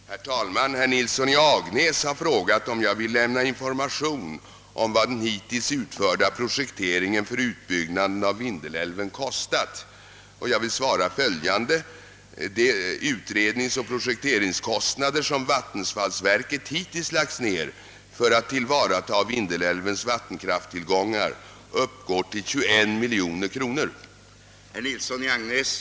Herr talman! Herr Nilsson i Agnäs har frågat om jag vill lämna information om vad den hittills utförda projekteringen för utbyggnaden av Vindelälven kostat. Jag vill svara följande. De utredningsoch projekteringskostnader som vattenfallsverket hittills lagt ned för att tillvarata Vindelälvens vattenkrafttillgångar uppgår till 21 milj.kr.nor.